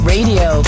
Radio